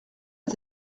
est